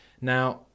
Now